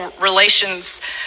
relations